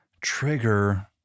trigger